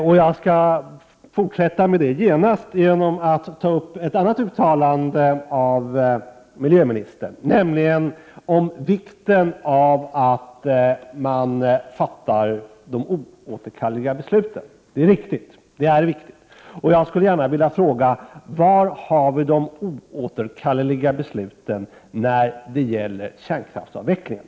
Jag skall genast fortsätta med det genom att ta upp ett annat uttalande av miljöministern, nämligen om vikten av att man fattar de oåterkalleliga besluten. Det är viktigt att så sker, och jag skulle därför vilja fråga: Var har vi de oåterkalleliga besluten när det gäller kärnkraftsavvecklingen?